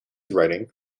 writing